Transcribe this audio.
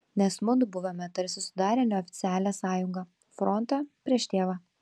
nes mudu buvome tarsi sudarę neoficialią sąjungą frontą prieš tėvą